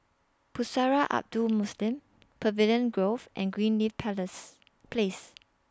Pusara Abadi Muslim Pavilion Grove and Greenleaf Palace Place